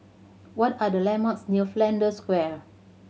what are the landmarks near Flanders Square